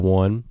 one